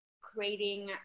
creating